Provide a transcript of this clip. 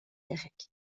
derek